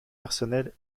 personnels